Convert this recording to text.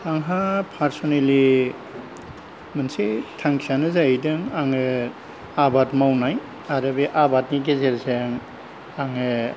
आंहा पारसनेलि मोनसे थांखियानो जाहैदों आबाद मावनाय आरो बे आबादनि गेजेरजों आङो